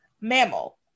mammal